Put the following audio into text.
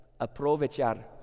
Aprovechar